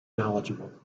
knowledgeable